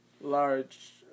large